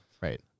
right